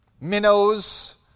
minnows